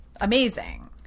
amazing